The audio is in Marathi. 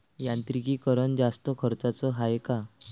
यांत्रिकीकरण जास्त खर्चाचं हाये का?